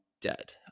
dead